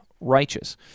righteous